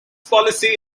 policy